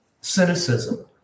cynicism